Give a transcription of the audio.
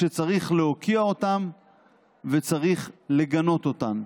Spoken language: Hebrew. שצריך להוקיע אותן וצריך לגנות אותן.